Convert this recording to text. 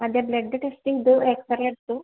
അതെ blood test ചെയ്തു x-ray എടുത്തു